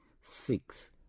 six